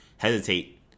hesitate